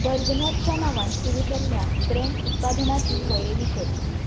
Bergner च्या नव्यान सुरू केल्ल्या ब्रँड उत्पादनांची वळेरी कर